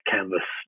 Canvas